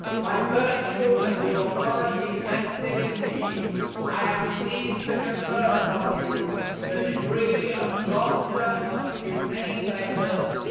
by virtue of the authority vested in me i am pleased to confer upon you the degree of doctor of humane letters,